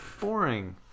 boring